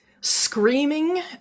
screaming